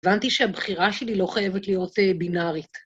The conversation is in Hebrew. הבנתי שהבחירה שלי לא חייבת להיות בינארית.